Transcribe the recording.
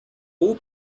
all